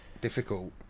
difficult